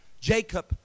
Jacob